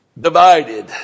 divided